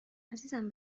عزیزم